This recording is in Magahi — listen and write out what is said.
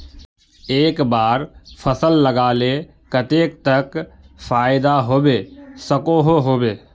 एक बार फसल लगाले कतेक तक फायदा होबे सकोहो होबे?